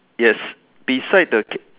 yes beside the c~